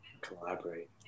Collaborate